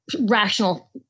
rational